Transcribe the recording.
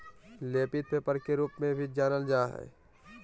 लेपित पेपर के रूप में भी जानल जा हइ